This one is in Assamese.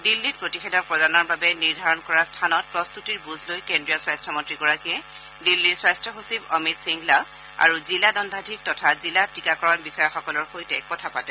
দিল্লীত প্ৰতিষেধক প্ৰদানৰ বাবে নিৰ্ধাৰণ কৰা স্থানত প্ৰস্তুতিৰ বুজ লৈ কেন্দ্ৰীয় স্বাস্থ্যমন্ত্ৰীগৰাকীয়ে দিন্নীৰ স্বাস্থ্য সচিব অমিত সিংগলা আৰু জিলা দণ্ডাধীশ তথা জিলা টীকাকৰণ বিষয়াসকলৰ সৈতে কথা পাতে